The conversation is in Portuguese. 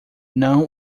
não